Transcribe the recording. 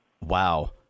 Wow